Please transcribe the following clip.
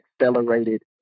accelerated